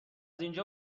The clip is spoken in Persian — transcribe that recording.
اینجا